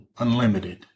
unlimited